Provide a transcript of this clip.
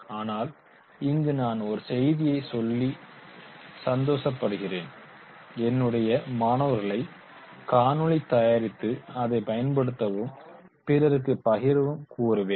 ஆனால் இங்கு நான் ஒரு செய்தியைச் சொல்லி சந்தோசப்படுகின்றேன் என்னுடைய மாணவர்களை காணொளி தயாரித்து அதைப் பயன்படுத்தவும் பிறருக்கு பகிரவும் கூறுவேன்